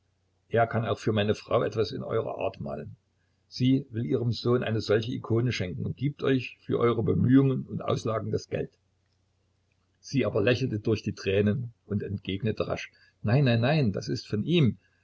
er kann auch für meine frau etwas in eurer art malen sie will ihrem sohne eine solche ikone schenken und gibt euch für eure bemühungen und auslagen das geld sie aber lächelt durch die tränen und entgegnet rasch nein nein nein das ist von ihm